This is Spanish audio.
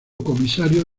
comisario